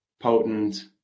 potent